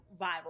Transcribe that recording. viral